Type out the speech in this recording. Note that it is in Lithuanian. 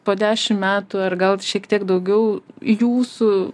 po dešim metų ir gal šiek tiek daugiau jūsų